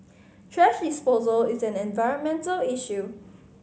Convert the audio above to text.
thrash disposal is an environmental issue